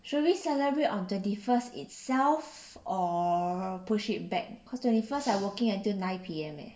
should we celebrate on twenty first itself or push it back because twenty first I working until nine P_M eh